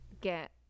get